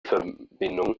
verbindung